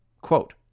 quote